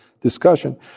discussion